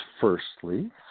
firstly